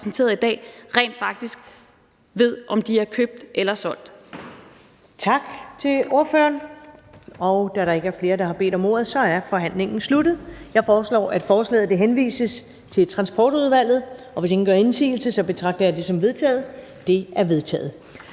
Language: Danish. er repræsenteret i dag, rent faktisk ved, om de er købt eller solgt.